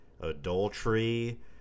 adultery